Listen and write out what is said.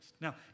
Now